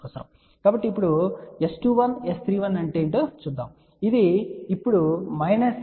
కాబట్టి ఇప్పుడు S21 S31 అంటే ఏమిటో చూద్దాం ఇది ఇప్పుడు 3